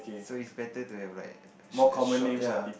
so is better to have like a a short ya